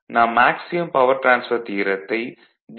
நாம் maximum power transfer தியரத்தை D